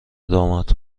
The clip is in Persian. داماد